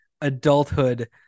adulthood